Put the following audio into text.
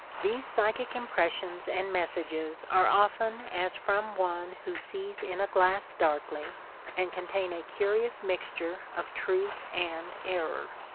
these psychic imxdressions and messages are often as from one who sees in a glass darkly and contain a curious mixture of truth and error.